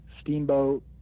Steamboat